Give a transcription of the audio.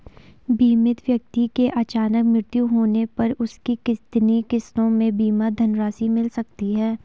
बीमित व्यक्ति के अचानक मृत्यु होने पर उसकी कितनी किश्तों में बीमा धनराशि मिल सकती है?